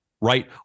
right